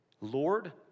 Lord